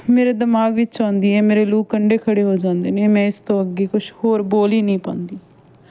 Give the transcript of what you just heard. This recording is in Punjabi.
ਮੇਰੇ ਦਿਮਾਗ ਵਿੱਚ ਆਉਂਦੀ ਹੈ ਮੇਰੇ ਲੂ ਕੰਢੇ ਖੜ੍ਹੇ ਹੋ ਜਾਂਦੇ ਨੇ ਮੈਂ ਇਸ ਤੋਂ ਅੱਗੇ ਕੁਛ ਹੋਰ ਬੋਲ ਹੀ ਨਹੀਂ ਪਾਉਂਦੀ